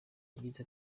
yagize